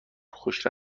خوش